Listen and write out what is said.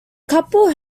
couple